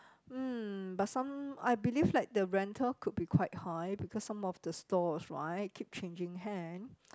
mm but some I believe like the rental could be quite high because some of the stalls right keep changing hand